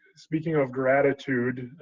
speaking of gratitude,